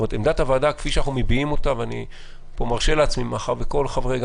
מאחר וכל חברי הוועדה,